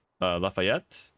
Lafayette